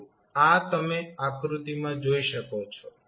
તો આ તમે આકૃતિમાં જોઈ શકો છો